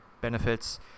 benefits